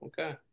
okay